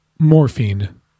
Morphine